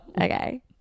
okay